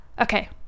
okay